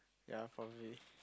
ya probably